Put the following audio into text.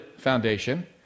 Foundation